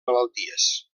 malalties